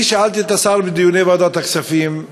אני שאלתי את השר בדיוני ועדת הכספים,